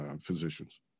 physicians